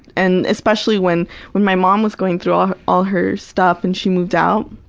and especially when when my mom was going through ah all her stuff and she moved out,